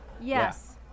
Yes